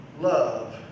love